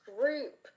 group